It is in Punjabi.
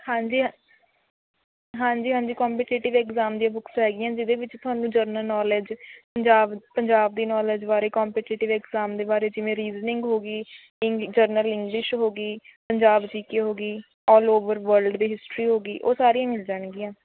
ਹਾਂਜੀ ਹ ਹਾਂਜੀ ਹਾਂਜੀ ਕੰਮਪੀਟੀਟਿਵ ਐਗਜ਼ਾਮ ਦੀਆਂ ਬੁੱਕਸ ਹੈਗੀਆਂ ਜਿਹਦੇ ਵਿੱਚ ਤੁਹਾਨੂੰ ਜਨਰਲ ਨੌਲੇਜ਼ ਪੰਜਾਬ ਪੰਜਾਬ ਦੀ ਨੌਲੇਜ਼ ਬਾਰੇ ਕੰਮਪੀਟੀਟਿਵ ਐਗਜ਼ਾਮ ਦੇ ਬਾਰੇ ਜਿਵੇਂ ਰੀਜਨਿੰਗ ਹੋ ਗਈ ਇੰਗ ਜਰਨਲ ਇੰਗਲਿਸ਼ ਹੋ ਗਈ ਪੰਜਾਬ ਜੀਕੇ ਹੋ ਗਈ ਆਲ਼ ਓਵਰ ਵੱਲਡ ਦੀ ਹਿਸਟਰੀ ਹੋ ਗਈ ਉਹ ਸਾਰੀਆਂ ਮਿਲ ਜਾਣਗੀਆਂ